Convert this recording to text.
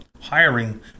hiring